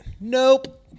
Nope